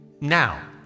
now